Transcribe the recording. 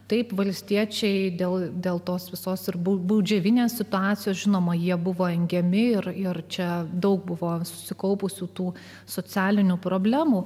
taip valstiečiai dėl dėl tos visos ir buvo baudžiavinės situacijos žinoma jie buvo engiami ir ir čia daug buvo susikaupusių tų socialinių problemų